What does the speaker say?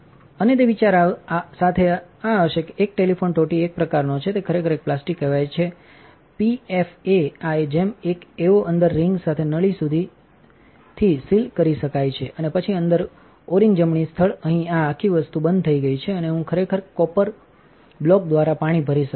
અને તે વિચાર સાથે આ હશે એક ટેફલોન ટોટી એક પ્રકારનો છે તે ખરેખર એક પ્લાસ્ટિક કહેવાય કહેવાય છેપીએફએઆ જેમ એક એઓ અંદર રિંગ સાથે નળી થી સુધી સીલ કરી શકાય છેઅને પછી અંદરઓરિંગ જમણી સ્થળ અહીં આ આખી વસ્તુ બંધ થઈ ગઈ છે અને હું ખરેખર કોપર બ્લોક દ્વારા પાણી ભરી શકું છું